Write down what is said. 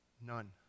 None